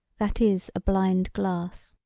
that is a blind glass.